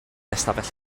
ystafell